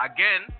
Again